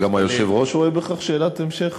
גם היושב-ראש רואה בכך שאלת המשך?